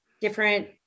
different